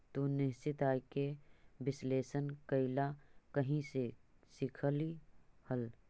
तू निश्चित आय के विश्लेषण कइला कहीं से सीखलऽ हल?